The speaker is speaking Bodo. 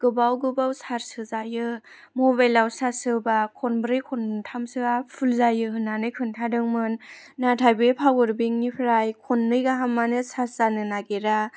गोबाव गोबाव चार्ज होजायो मबाइलाव चार्ज होबा खनब्रै खनथामसो फुल जायो होननानै खोन्थादोंमोन नाथाय बे पावार बेंकनिफ्राय खननै गाहामानो चार्ज जानो नागिरा